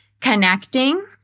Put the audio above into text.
connecting